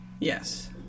Yes